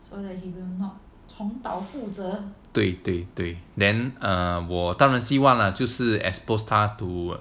对对对 then err 我当然希望就是 exposed 他 to